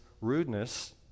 rudeness